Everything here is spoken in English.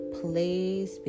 please